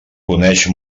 coneix